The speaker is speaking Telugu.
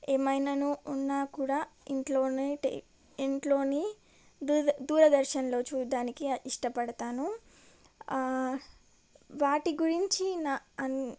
ఏమైనను ఉన్నా కూడా ఇంట్లోనే టే ఇంట్లోని దూద దూరదర్శన్లో చూడ్డానికి ఇష్టపడతాను వాటి గురించి నా అన్